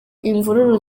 imvururu